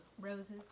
Roses